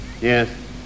Yes